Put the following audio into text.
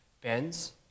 bends